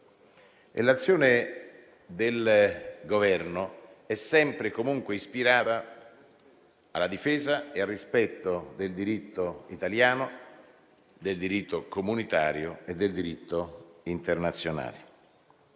l'azione del Governo è sempre e comunque ispirata alla difesa e al rispetto del diritto italiano, del diritto comunitario e del diritto internazionale.